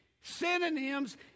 synonyms